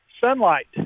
Sunlight